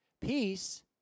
Peace